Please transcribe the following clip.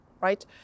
right